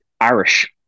Irish